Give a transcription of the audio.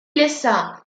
laissa